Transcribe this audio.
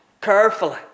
carefully